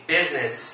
business